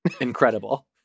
Incredible